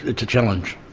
it's a challenge.